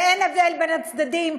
ואין הבדל בין הצדדים,